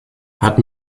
hat